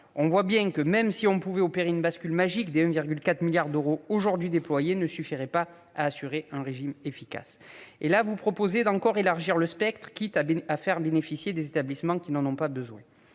On voit bien que, même si l'on pouvait opérer une bascule magique, le 1,4 milliard d'euros aujourd'hui déployé ne suffirait pas à assurer un régime efficace. Or, là, vous proposez d'élargir encore le spectre, quitte à faire bénéficier des établissements qui n'en ont pas besoin.